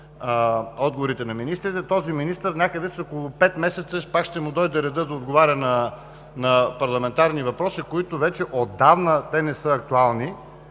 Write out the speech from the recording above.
отговорите на министрите, този министър някъде след около пет месеца пак ще му дойде реда да отговаря на парламентарни въпроси, които вече отдавна не са актуални,